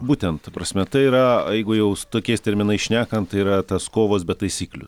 būtent ta prasme tai yra jeigu jau tokiais terminais šnekant tai yra tos kovos be taisyklių